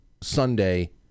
Sunday